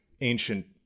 ancient